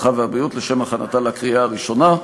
הרווחה והבריאות לשם הכנתה לקריאה הראשונה.